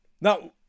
Now